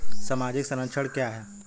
सामाजिक संरक्षण क्या है?